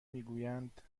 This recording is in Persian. میگویند